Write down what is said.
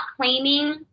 claiming